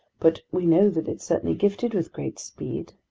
but we know that it's certainly gifted with great speed.